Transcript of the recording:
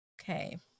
Okay